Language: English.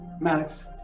Maddox